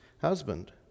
husband